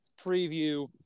preview